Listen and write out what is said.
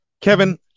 Kevin